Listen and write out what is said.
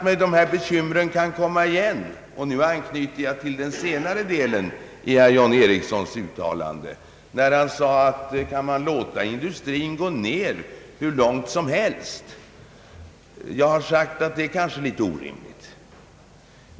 Men dessa bekymmer kan komma igen, och då anknyter jag till den senare delen av herr John Ericssons uttalande, där han frågade om man kan låta industrin skäras ned hur långt som helst. Jag har sagt att det kanske är orimligt.